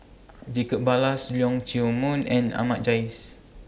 Jacob Ballas Leong Chee Mun and Ahmad Jais